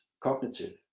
cognitive